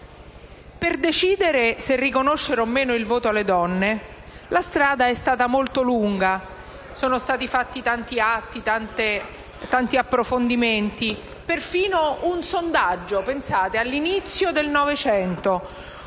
Per decidere se riconoscere o no il voto alle donne, la strada è stata molto lunga, sono stati fatti tanti atti e tanti approfondimenti. Pensate, fu fatta perfino una sorta di sondaggio all'inizio del Novecento,